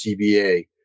CBA